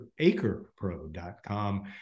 AcrePro.com